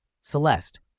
Celeste